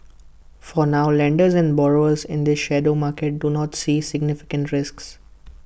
for now lenders and borrowers in this shadow market do not see significant risks